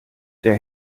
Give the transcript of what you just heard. der